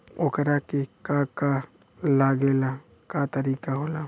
ओकरा के का का लागे ला का तरीका होला?